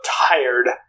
tired